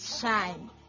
shine